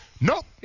Nope